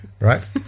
Right